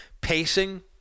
pacing